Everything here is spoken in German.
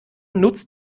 nutzt